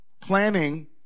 planning